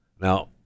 Now